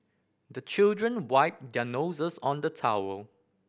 the children wipe their noses on the towel